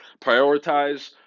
Prioritize